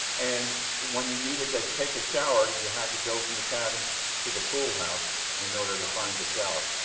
and when you needed to take a shower, you had to go from the cabins to the pool house in order to find the shower.